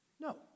No